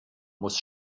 muss